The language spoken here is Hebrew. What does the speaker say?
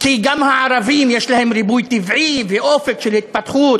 כי גם הערבים יש להם ריבוי טבעי ואופק של התפתחות: